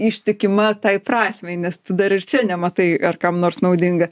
ištikima tai prasmei nes dar ir čia nematai ar kam nors naudinga